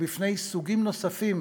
ובפני סוגים נוספים